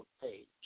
page